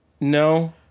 No